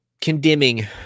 condemning